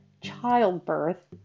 childbirth